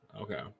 Okay